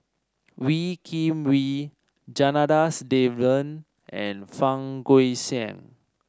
Wee Kim Wee Janadas Devan and Fang Guixiang